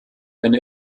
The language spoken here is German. eine